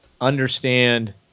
understand